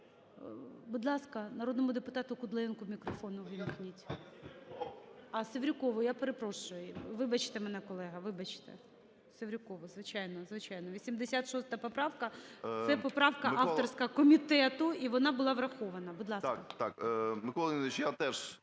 Будь ласка, народному депутату Кудлаєнку мікрофон увімкніть. А, Севрюкову, я перепрошую. Вибачте мене, колего, вибачте. Севрюкову, звичайно, звичайно. 86 поправка, це поправка авторська комітету, і вона була врахована. Будь ласка. 17:23:37 СЕВРЮКОВ В.В.